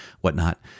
whatnot